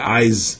eyes